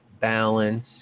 balance